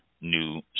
new